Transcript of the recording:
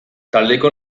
taldeko